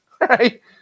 Right